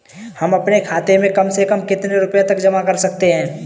हम अपने खाते में कम से कम कितने रुपये तक जमा कर सकते हैं?